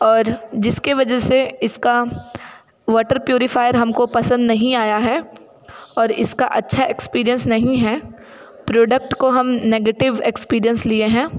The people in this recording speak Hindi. और जिसके वजह से इसका वॉटर प्यूरीफायर हमको पसंद नहीं आया है और इसका अच्छा एक्सपीरियंस नहीं है प्रोडक्ट को हम नेगेटिव एक्सपीरियंस लिए हैं